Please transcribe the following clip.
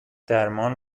درمان